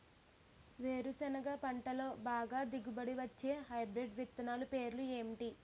వేరుసెనగ పంటలో బాగా దిగుబడి వచ్చే హైబ్రిడ్ విత్తనాలు పేర్లు ఏంటి?